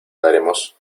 daremos